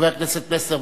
חבר הכנסת יוחנן פלסנר,